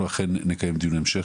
אנחנו אכן נקיים דיון המשך.